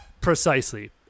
Precisely